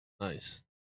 nice